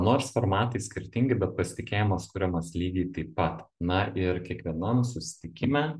nors formatai skirtingi bet pasitikėjimas kuriamas lygiai taip pat na ir kiekvienam susitikime